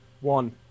One